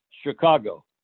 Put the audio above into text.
Chicago